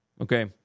Okay